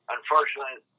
Unfortunately